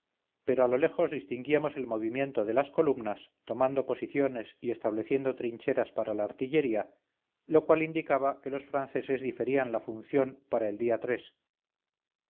pero a lo lejos distinguíamos el movimiento de las columnas tomando posiciones y estableciendo trincheras para la artillería lo cual indicaba que los franceses diferían la función para el día